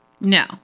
No